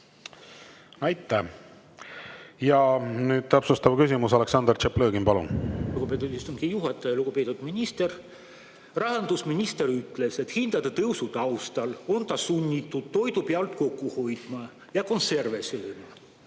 Aitäh! Ja nüüd täpsustav küsimus. Aleksandr Tšaplõgin, palun! Lugupeetud istungi juhataja! Lugupeetud minister! Rahandusminister ütles, et hindade tõusu taustal on ta sunnitud toidu pealt kokku hoidma ja konserve sööma.